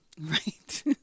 Right